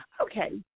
Okay